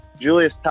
Julius